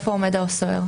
איפה עומד הסוהר?